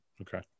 Okay